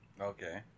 Okay